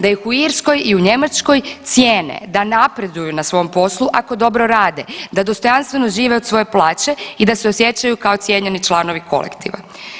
Da ih u Irskoj i u Njemačkoj cijene, da napreduju na svom poslu ako dobro rade, da dostojanstveno žive od svoje plaće i da se osjećaju kao cijenjeni članovi kolektiva.